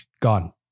Gone